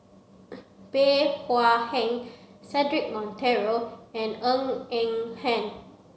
Bey Hua Heng Cedric Monteiro and Ng Eng Hen